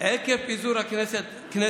עקב פיזור הכנסת,